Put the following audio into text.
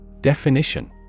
Definition